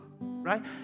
right